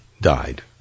died